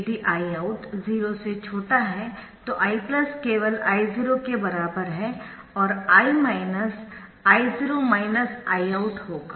यदि Iout 0 से छोटा है तो I केवल I0 के बराबर है और I I0 Iout होगा